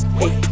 hey